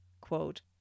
quote